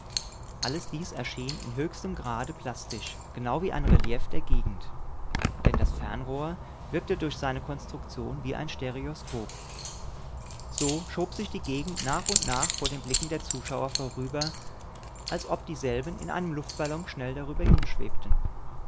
alles dies erschien im höchsten grade plastisch genau wie ein relief der gegend denn das fernrohr wirkte durch seine konstruktion wie ein